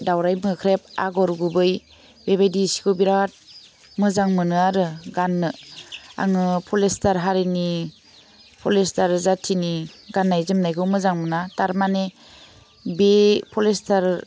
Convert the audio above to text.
दाउराइ मोख्रेब आगर गुबै बेबायदि सिखौ बिरात मोजा मोनो आरो गाननो आङो पलिस्टार हारिनि पलिस्टार जातिनि गान्नाय जोमनायखौ मोजां मोना थारमाने बे पलिस्टार